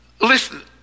listen